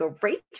great